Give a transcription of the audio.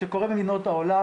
שקורה במדינות העולם,